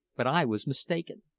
but i was mistaken.